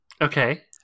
okay